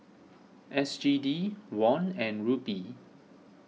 S G D Won and Rupee